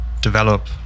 develop